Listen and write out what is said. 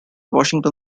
washington